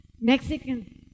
Mexican